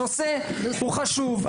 הנושא הוא חשוב,